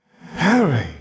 Harry